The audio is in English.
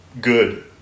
good